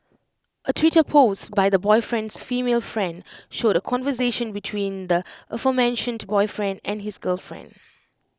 A Twitter post by the boyfriend's female friend showed A conversation between the aforementioned boyfriend and his girlfriend